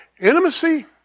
Intimacy